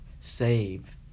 save